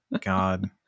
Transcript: God